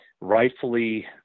rightfully